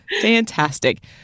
Fantastic